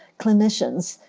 clinicians,